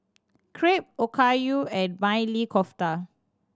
Crepe Okayu and Maili Kofta